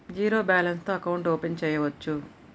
Zero balance తో account open చేయవచ్చు?